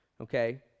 Okay